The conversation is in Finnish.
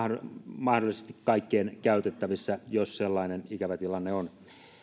mahdollisesti kaikkien käytettävissä jos sellainen ikävä tilanne on